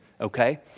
okay